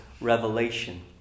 Revelation